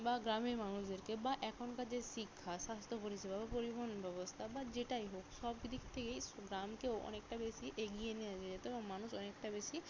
বা গ্রামের মানুষদেরকে বা এখনকার যে শিক্ষা স্বাস্থ্য পরিষেবা বা পরিবহন ব্যবস্থা বা যেটাই হোক সব দিক থেকেই গ্রামকে অনেকটা বেশি এগিয়ে নিয়ে যাওয়া যেত বা মানুষ অনেকটা বেশি